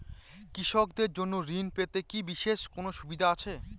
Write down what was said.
কৃষকদের জন্য ঋণ পেতে কি বিশেষ কোনো সুবিধা আছে?